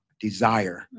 desire